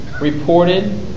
Reported